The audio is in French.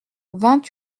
vingt